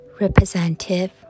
representative